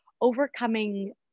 overcoming